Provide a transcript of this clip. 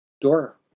door